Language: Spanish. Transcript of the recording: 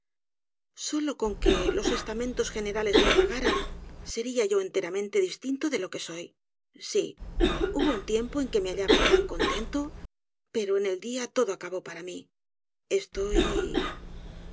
solo con que los estamentos generales me pagaran seria yo enteramente distinto de lo que soy sí hubo un tiempo en que me hallaba tan contento pero en el dia todo acabó para mí estoy